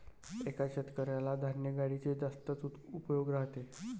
एका शेतकऱ्याला धान्य गाडीचे जास्तच उपयोग राहते